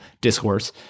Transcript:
discourse